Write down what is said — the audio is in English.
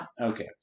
Okay